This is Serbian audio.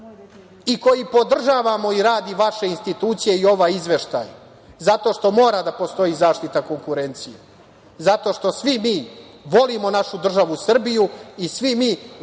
i koji podržavamo i rad vaše institucije i ovaj izveštaj. Zato što mora da postoji zaštita konkurencije. Zato što svi mi volimo našu državu Srbiju i svi mi